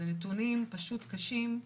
אלה נתונים פשוט קשים.